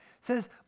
says